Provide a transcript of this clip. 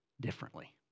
differently